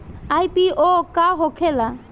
IPO का होखेला?